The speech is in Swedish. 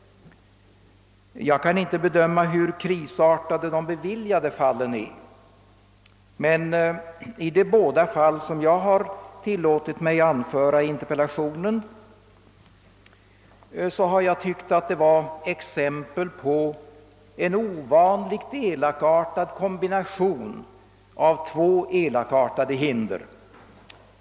Jag 'kan inte bedöma hur krisartade de beviljade fallen är, men jag anser ätt de båda exempel jag har tillåtit mig anföra i interpellationen uppvisar en ovanligt elakartad kombination av två besvärliga hinder.